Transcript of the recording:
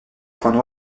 points